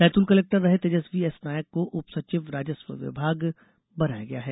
Betul collector रहे Tejaswi S Naik को उपसचिव राजस्व विभाग बनाया किया गया है